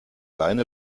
leine